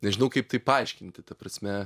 nežinau kaip tai paaiškinti ta prasme